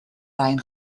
rain